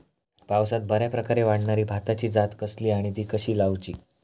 पावसात बऱ्याप्रकारे वाढणारी भाताची जात कसली आणि ती कशी लाऊची?